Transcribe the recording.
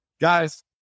guys